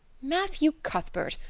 matthew cuthbert,